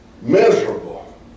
Miserable